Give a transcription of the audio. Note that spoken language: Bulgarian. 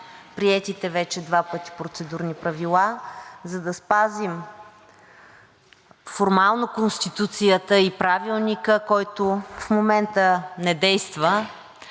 приетите вече два пъти процедурни правила, за да спазим формално Конституцията и Правилника, който в момента не действа.